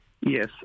Yes